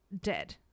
dead